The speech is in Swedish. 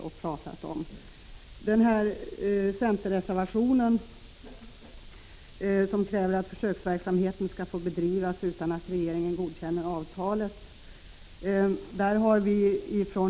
I reservation 1 från centern kräver man att försöksverksamhet skall få bedrivas utan att regeringen godkänner avtalet.